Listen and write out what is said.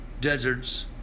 Deserts